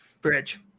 bridge